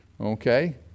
Okay